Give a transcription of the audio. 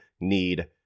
need